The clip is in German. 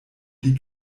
die